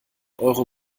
euro